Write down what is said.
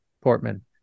Portman